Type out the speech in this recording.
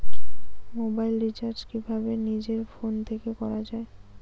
Mobile recharge কিভাবে নিজের phone থেকে করা য়ায়?